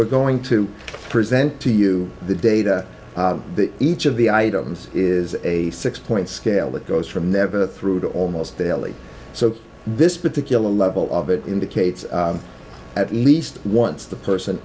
we're going to present to you the data each of the items is a six point scale that goes from never through to almost daily so this particular level of it indicates at least once the person